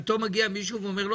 פתאום מגיע מישהו ואומר,